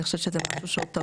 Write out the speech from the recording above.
אני חושבת שזה טעון ברור.